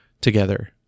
together